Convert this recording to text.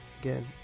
again